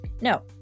No